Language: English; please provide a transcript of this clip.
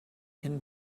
can